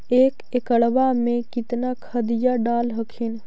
एक एकड़बा मे कितना खदिया डाल हखिन?